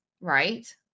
right